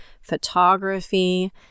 photography